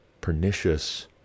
pernicious